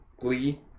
glee